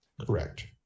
Correct